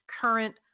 current